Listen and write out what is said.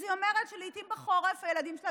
אז היא אומרת שלעיתים בחורף הילדים שלה